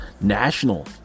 national